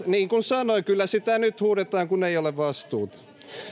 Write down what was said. niin kuin sanoin kyllä sitä nyt huudetaan kun ei ole vastuuta